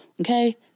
Okay